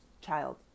child